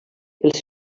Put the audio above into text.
els